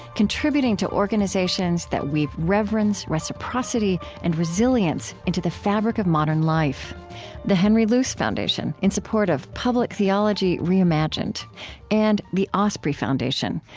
contributing to organizations that weave reverence, reciprocity, and resilience into the fabric of modern life the henry luce foundation, in support of public theology reimagined and the osprey foundation,